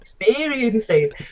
experiences